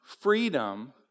freedom